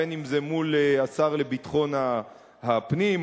בין שזה מול השר לביטחון הפנים,